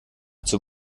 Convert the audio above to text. zur